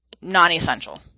non-essential